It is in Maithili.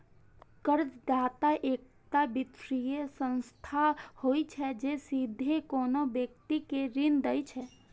कर्जदाता एकटा वित्तीय संस्था होइ छै, जे सीधे कोनो व्यक्ति कें ऋण दै छै